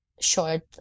short